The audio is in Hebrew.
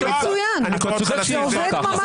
אני קורא אותך לסדר.